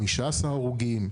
15 הרוגים.